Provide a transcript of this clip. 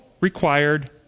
required